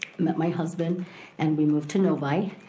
met my husband and we moved to novi.